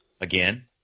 again